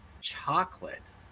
chocolate